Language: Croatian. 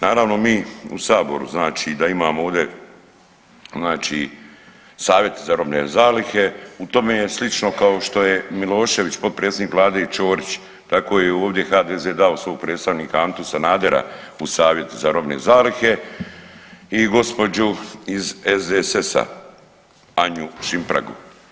Naravno mi u saboru znači da imamo ovdje savjete za robne zalihe u tome je slično kao što je Milošević, potpredsjednik Vlade i Ćorić tako je i ovdje HDZ dao svog predstavnika Antu Sanadera u Savjet za robne zalihe i gospođu iz SDSS-a gospođu Anju Šimpragu.